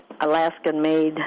Alaskan-made